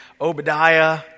Obadiah